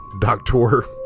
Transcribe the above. Doctor